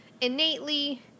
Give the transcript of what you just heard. innately